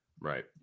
Right